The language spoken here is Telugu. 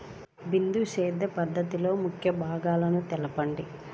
బిందు సేద్య పద్ధతిలో ముఖ్య భాగాలను తెలుపండి?